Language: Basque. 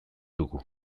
dugu